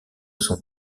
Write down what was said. sont